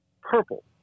purple